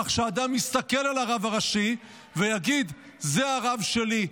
כך שאדם יסתכל על הרב הראשי ויגיד: זה הרב שלי,